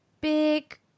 Big